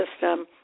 system